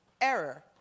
error